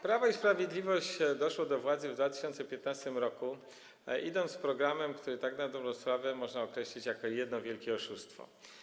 Prawo i Sprawiedliwość doszło do władzy w 2015 r., idąc z programem, który na dobrą sprawę można określić jako jedno wielkie oszustwo.